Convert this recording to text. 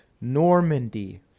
Normandy